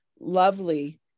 lovely